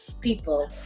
people